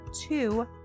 two